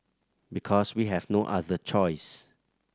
because we have no other choice